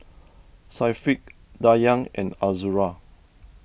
Syafiq Dayang and Azura